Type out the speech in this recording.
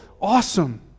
awesome